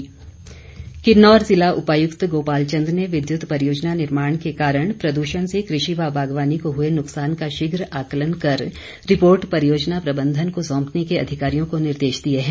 मुआवजा किन्नौर जिला उपायुक्त गोपाल चंद ने विद्युत परियोजना निर्माण के कारण प्रदूषण से कृषि व बागवानी को हुए नुकसान का शीघ्र आकलन कर रिपोर्ट परियोजना प्रबंधन को सौंपने के अधिकारियों को निर्देश दिए हैं